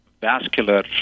vascular